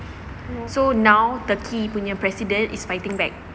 so now the key punya president is fighting back